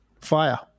Fire